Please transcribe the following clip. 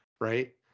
Right